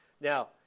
Now